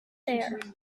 there